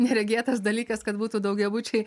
neregėtas dalykas kad būtų daugiabučiai